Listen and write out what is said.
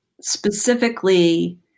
specifically